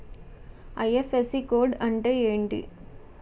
IFSC code అంటే ఏంటి?